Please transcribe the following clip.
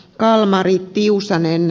kalmarin tiusanen